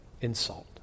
insult